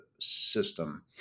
system